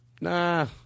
Nah